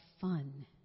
fun